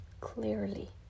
clearly